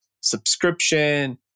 subscription